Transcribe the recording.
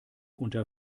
unter